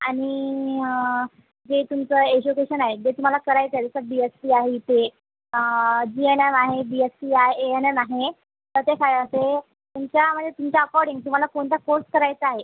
आणि जे तुमचं एज्युकेशन आहे जे तुम्हाला करायचं आहे जसं बी एससी आहे इथे जी एन एम आहे बी यससी आहे ए एन एम आहे तर ते काय ते तुमच्या म्हणजे तुमच्या अकॉर्डिंग तुम्हाला कोणता कोर्स करायचा आहे